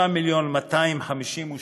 3 מיליון ו-252,000,